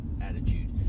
attitude